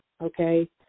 okay